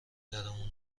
درمون